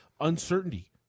Uncertainty